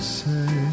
say